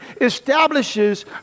establishes